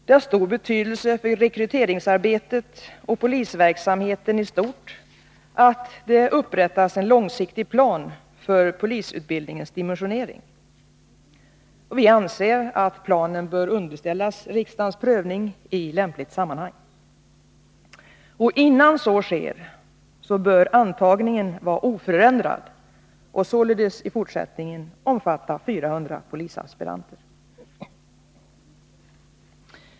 Det har stor betydelse för rekryteringsarbetet och polisverksamheten i stort att det upprättas en långsiktig plan för polisutbildningens dimensionering. Vi anser att planen bör underställas riksdagens prövning i lämpligt sammanhang. Innan så sker bör antagningen vara oförändrad och således i fortsättningen omfatta 400 polisaspiranter.